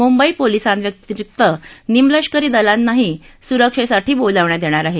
मुंबई पोलिसांव्यतिरिक्त निमलष्करी दलांनाही सुरक्षेसाठी बोलावण्यात येणार आहे